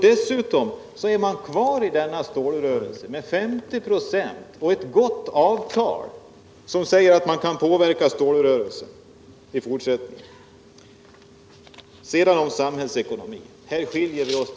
Dessutom är man kvar i denna stålrörelse med 50 96 och ett gott avtal, som säger att man kan påverka stålrörelsen i fortsättningen. Sedan om samhällsekonomin. Här skiljer vi oss.